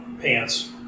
pants